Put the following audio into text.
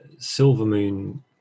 Silvermoon